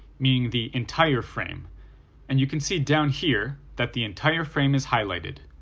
meaning the entire frame and you can see down here that the entire frame is highlighted.